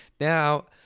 Now